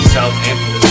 Southampton